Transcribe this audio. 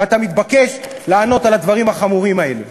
ואתה מתבקש לענות על הדברים החמורים האלה.